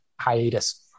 hiatus